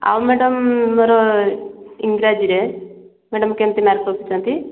ଆଉ ମ୍ୟାଡାମ୍ ମୋର ଇଂରାଜୀରେ ମ୍ୟାଡାମ୍ କେମିତି ମାର୍କ ରଖିଛନ୍ତି